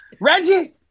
Reggie